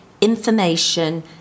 information